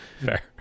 fair